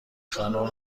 خانم